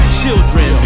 children